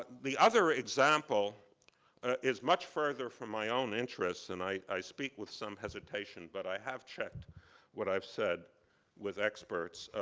the other example is much further from my own interests and i speak with some hesitation, but i have checked what i've said with experts.